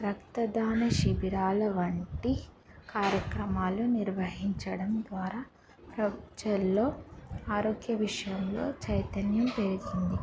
రక్తదాన శిబిరాలు వంటి కార్యక్రమాలు నిర్వహించడం ద్వారా ప్రజల్లో ఆరోగ్య విషయంలో చైతన్యం పెరిగింది